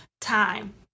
time